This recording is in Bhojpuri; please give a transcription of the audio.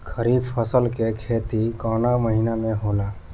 खरीफ फसल के खेती कवना महीना में होला?